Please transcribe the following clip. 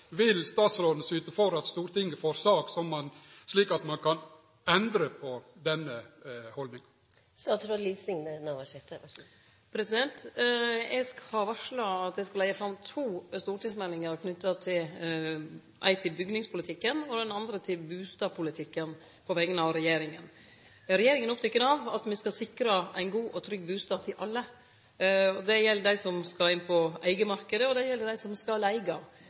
Vil statsråden syte for at Stortinget får ei sak før sommaren, slik at ein kan endre på denne haldninga? Eg har varsla at eg på vegner av regjeringa skal leggje fram to stortingsmeldingar – den eine knytt til bygningspolitikken og den andre til bustadpolitikken. Regjeringa er oppteken av at me skal sikre ein god og trygg bustad til alle. Det gjeld dei som skal inn på eigarmarknaden, og det gjeld dei som skal